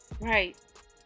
Right